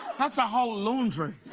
that's a whole laundry,